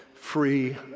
free